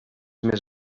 més